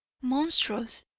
monstrous,